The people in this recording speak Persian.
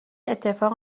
اتفاق